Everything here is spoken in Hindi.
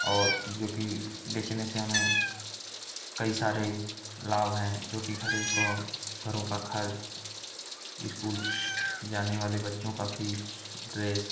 और जो कि बेचने से हमें कई सारे लाभ हैं जो कि घरे को घरों का खर्च इस्कूल जाने वाले बच्चों की फ़ीस ड्रेस